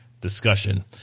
discussion